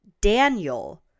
Daniel